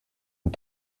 und